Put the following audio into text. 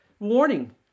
Warning